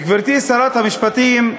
גברתי שרת המשפטים,